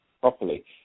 properly